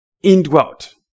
indwelt